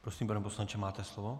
Prosím, pane poslanče, máte slovo.